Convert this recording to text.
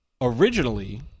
Originally